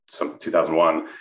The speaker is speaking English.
2001